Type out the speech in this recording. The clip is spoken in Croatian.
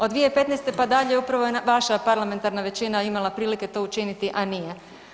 Od 2015. pa dalje upravo je vaša parlamentarna većina imala prilike to učiniti, a nije.